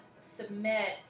submit